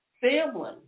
family